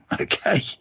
Okay